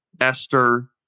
Esther